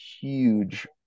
huge